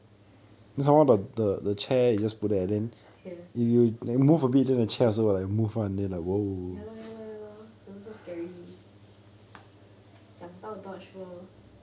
ya ya lor ya lor ya lor then so scary 想不到 dodge ball